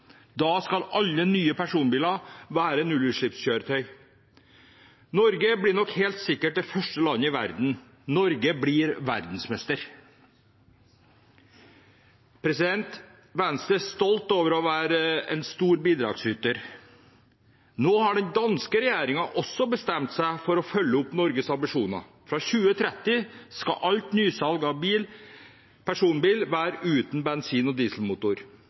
da skal alle nye personbiler være nullutslippskjøretøy. Norge blir helt sikkert det første landet i verden. Norge blir verdensmester. Venstre er stolt over å være en stor bidragsyter. Nå har den danske regjeringen også bestemt seg for å følge opp Norges ambisjoner. Fra 2030 skal alt nysalg av personbil være uten bensin- og dieselmotor.